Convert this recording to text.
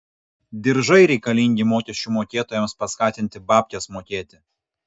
diržai reikalingi mokesčių mokėtojams paskatinti babkes mokėti